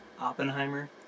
Oppenheimer